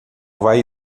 vai